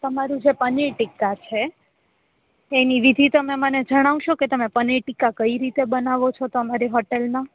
તમારું જે પનીર ટીકા છે એની વિધિ તમે મને જણાવશો કે તમે પનીર ટીકા કઈ રીતે બનાવો છો તમારી હોટેલમાં